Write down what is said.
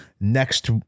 next